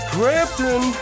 Crampton